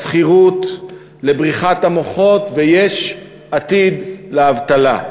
לשכירות, לבריחת המוחות, ויש עתיד לאבטלה.